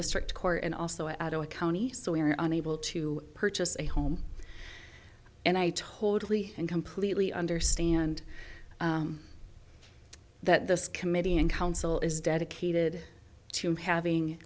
district court and also at a county so we are unable to purchase a home and i totally and completely understand that this committee and council is dedicated to having